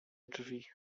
drzwi